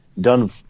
done